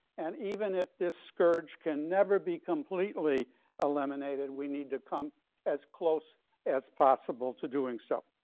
and even if this scourge can never be completely eliminated, we need to come as close as possible to doing so.